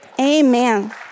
amen